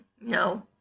No